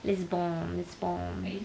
lisbon lisbon